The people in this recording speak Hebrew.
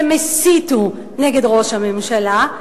הם הסיתו נגד ראש הממשלה.